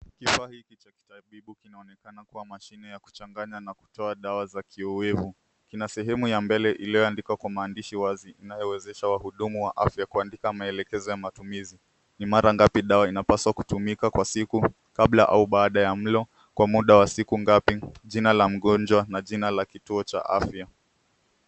Kifaa hiki cha kitabibu kinaonekana kuwa mashine ya kuchanganya na kutoa dawa za kiowevu. Kina sehemu ya mbele iliyoandikwa kwa maandishi wazi inayowezesha wahudumu wa afya kuandika maelekezo ya matumizi, ni mara ngapi dawa inapaswa kutumika kwa siku kabla au baada ya mlo , muda wa siku ngapi, jina la mgonjwa na jinala kituo cha afya.